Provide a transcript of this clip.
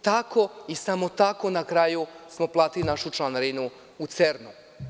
Tako i samo tako na kraju smo platili našu članarinu u Cernu.